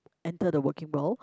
enter the working world